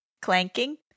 clanking